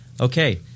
Okay